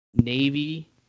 Navy